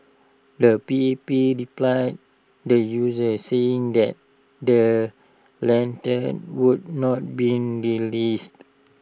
the P P replied the users saying that the lanterns would not be released